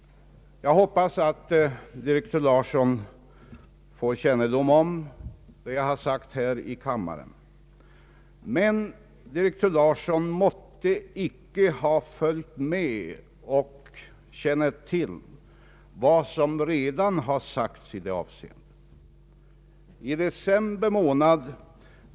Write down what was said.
Jag hoppas att direktör Larsson får kännedom om vad jag nyss har sagt här i kammaren. Direktör Larsson måtte icke ha följt med och känner icke till vad som redan har sagts i det avseendet.